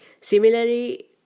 Similarly